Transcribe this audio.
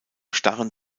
starren